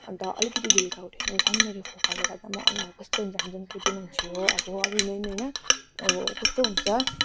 अन्त अलिकति झिल्का उठ्यो भने सानो फोकाले गर्दा अनुहार कस्तो हुन्छ हामी त झन् केटी मान्छे हो अब मेन होइन अब कस्तो हुन्छ